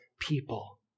people